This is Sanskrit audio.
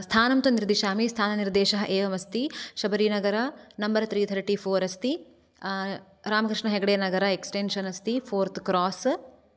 स्थानं तु निर्दिशामि स्थाननिर्देशः एवम् अस्ति Shabari Nagar number three thirty four अस्ति रामकृष्णहेगडेनगर एक्सटेंशन् अस्ति फ़ोर्थ् क्रोस्